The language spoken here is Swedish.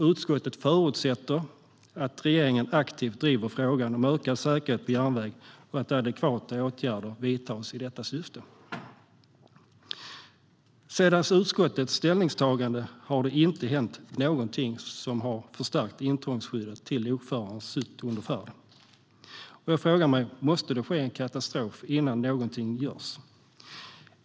Utskottet förutsätter att regeringen aktivt driver frågan om ökad säkerhet på järnväg och att adekvata åtgärder vidtas i detta syfte." Sedan utskottets ställningstagande har det dock inte hänt någonting som har förstärkt intrångsskyddet till lokförarens hytt under färd. Jag frågar mig: Måste det ske en katastrof innan någonting görs?